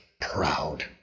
proud